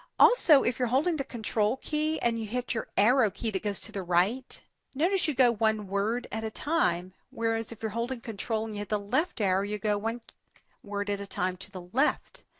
also if you're holding the control key and you hit your arrow key that goes to the right notice you go one word at a time, whereas if you're holding control and you hit the left arrow you go one word at a time to the left.